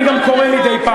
אני גם קורא מדי פעם.